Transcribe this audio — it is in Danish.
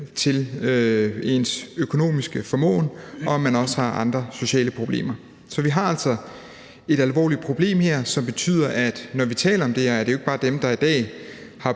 til ens økonomiske formåen, og når man også har andre sociale problemer. Så vi har altså et alvorligt problem her, som betyder, at når vi taler om det her, handler det ikke bare om dem, der i dag har